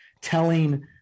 telling